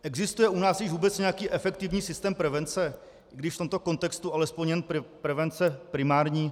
Existuje u nás již vůbec nějaký efektivní systém prevence, i když v tomto kontextu alespoň jen prevence primární?